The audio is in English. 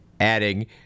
adding